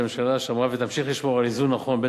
שהממשלה שמרה ותמשיך לשמור על איזון נכון בין